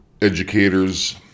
educators